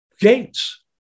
gates